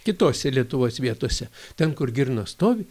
kitose lietuvos vietose ten kur girnos stovi